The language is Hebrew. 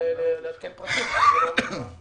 ולעדכן פרטים, הוא לא עומד בעומס.